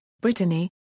Brittany